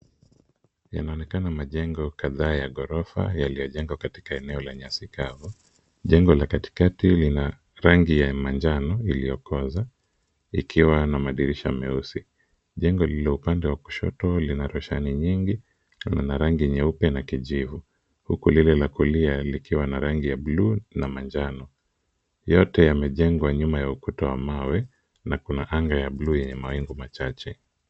Yanaonekana majengo kadhaa ya ghorofa yaliyojengwa katika eneo la nyasi kavu ,jengo la katikati lina rangi ya manjano iliyokoza likiwa na madirisha meusi, jengo lililo upande wa kushoto lina roshani nyingi na rangi nyeupe na kijivu huku lile la kulia likiwa na rangi ya bluu na manjano. Yote yamejengwa nyuma ya ukuta wa mawe na kuna anga ya bluu yenye mawingu machache.